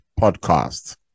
podcast